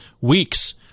weeks